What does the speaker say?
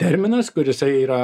terminas kur jisai yra